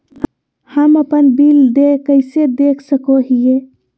हम अपन बिल देय कैसे देख सको हियै?